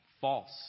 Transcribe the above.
false